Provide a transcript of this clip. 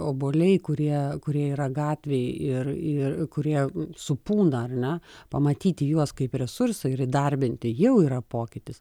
obuoliai kurie kurie yra gatvėj ir ir kurie supūna ar ne pamatyti juos kaip resursą ir įdarbinti jau yra pokytis